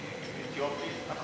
ואתיופים?